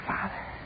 Father